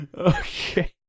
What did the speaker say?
Okay